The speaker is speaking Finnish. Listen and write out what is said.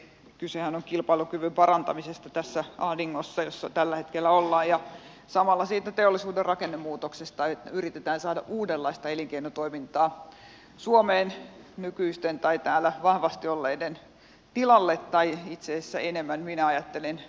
kysehän on kilpailukyvyn parantamisesta tässä ahdingossa jossa tällä hetkellä ollaan ja samalla siitä teollisuuden rakennemuutoksesta niin että yritetään saada uudenlaista elinkeinotoimintaa suomeen nykyisten tai täällä vahvasti olleiden tilalle tai itse asiassa ennemminkin näin minä ajattelen rinnalle